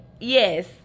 Yes